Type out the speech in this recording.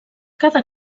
cada